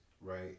right